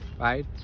right